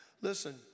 Listen